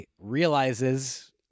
realizes